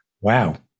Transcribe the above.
Wow